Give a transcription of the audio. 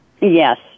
Yes